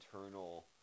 internal